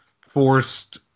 forced